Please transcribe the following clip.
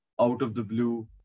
out-of-the-blue